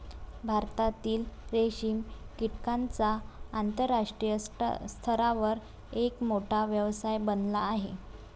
भारतातील रेशीम कीटकांचा आंतरराष्ट्रीय स्तरावर एक मोठा व्यवसाय बनला आहे